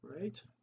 right